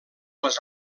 les